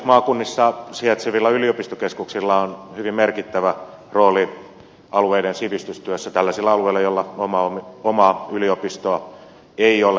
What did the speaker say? maakunnissa sijaitsevilla yliopistokeskuksilla on hyvin merkittävä rooli alueiden sivistystyössä tällaisilla alueilla joilla omaa yliopistoa ei ole